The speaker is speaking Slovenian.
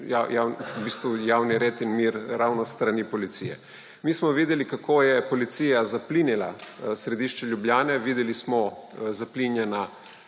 ogrozilo javni red in mir ravno s strani policije. Mi smo videli, kako je policija zaplinila središče Ljubljane, videli smo zaplinjena